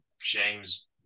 james